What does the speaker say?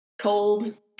cold